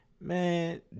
man